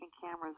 cameras